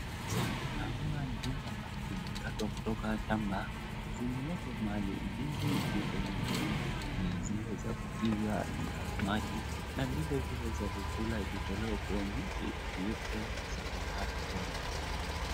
Picha naona ndizi ambazo zimekatwa kutoka shamba, zimeletwa mahali ndizi ziko mingi, zile za kupiga maji na vile zile za kukula ikitolewa kwa mti zote ziko hapo.